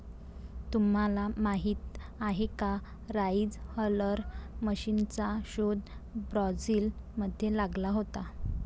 तुम्हाला माहीत आहे का राइस हलर मशीनचा शोध ब्राझील मध्ये लागला होता